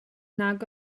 nag